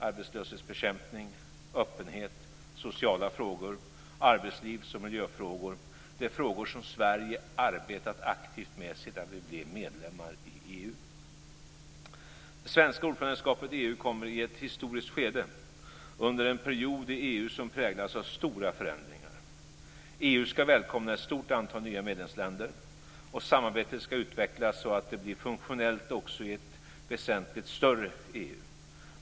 Arbetslöshetsbekämpning, öppenhet, sociala frågor, arbetslivs och miljöfrågor är frågor som Sverige arbetat aktivt med sedan vi blev medlemmar i EU. Det svenska ordförandeskapet i EU kommer i ett historiskt skede under en period i EU som präglas av stora förändringar. EU ska välkomna ett stort antal nya medlemsländer, och samarbetet ska utvecklas så att det blir funktionellt också i ett väsentligt större EU.